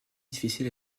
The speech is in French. difficile